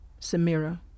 Samira